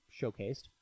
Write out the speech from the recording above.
showcased